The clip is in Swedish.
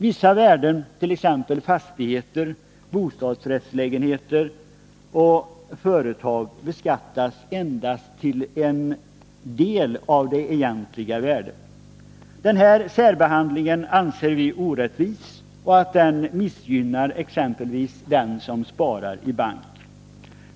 Vissa värden, t.ex. fastigheter, bostadsrättslägenheter och företag beskattas endast till en del av det egentliga värdet. Den här särbehandlingen anser vi orättvis, och den missgynnar exempelvis den som sparar i bank.